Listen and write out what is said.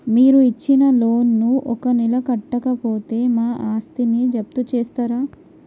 మీరు ఇచ్చిన లోన్ ను ఒక నెల కట్టకపోతే మా ఆస్తిని జప్తు చేస్తరా?